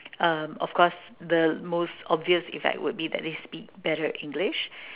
uh of course the most obvious effect would be that they speak better English